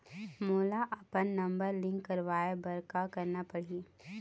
मोला अपन number link करवाये बर का करना पड़ही?